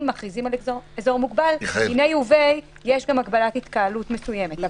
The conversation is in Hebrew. אם מכריזים על אזור מוגבל אז מניה וביה יש גם הגבלת התקהלות מסוימת.